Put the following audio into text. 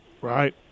Right